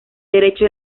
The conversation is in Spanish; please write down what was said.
derecho